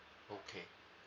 okay